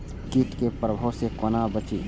कीट के प्रभाव से कोना बचीं?